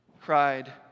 cried